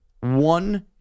One